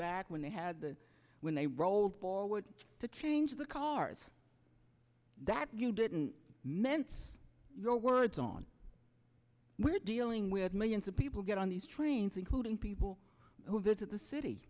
back when they had to when they rolled forward to change the cars that you didn't mince your words on we're dealing with millions of people get on these trains including people who visit the city